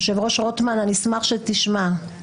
היושב ראש רוטמן, אני אשמח שתשמע את דבריי.